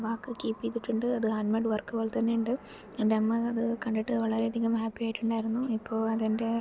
വാക്ക് keep ചെയ്തിട്ടുണ്ട് അത് hand made work പോലെതെന്നെയുണ്ട് എൻ്റെ അമ്മ അത് കണ്ടിട്ട് വളരെ അധികം ഹാപ്പയിയായിട്ട് ഉണ്ടായിരുന്നു ഇപ്പോൾ അത് എൻ്റെ